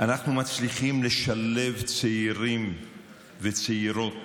אנחנו מצליחים לשלב צעירים וצעירות